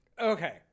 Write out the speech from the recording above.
Okay